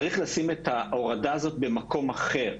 צריך לשים את ההורדה הזאת במקום אחר,